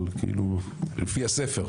אבל לפי הספר,